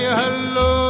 hello